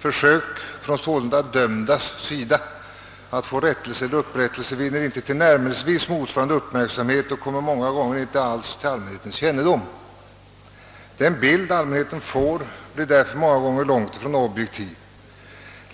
Försök från sålunda »dömdas» sida att få rättelse eller upprättelse vinner inte tillnärmelsevis motsvarande uppmärksamhet och kommer många gånger inte alls till allmänhetens kännedom. Den bild allmänheten får blir därför ofta långt ifrån objektiv.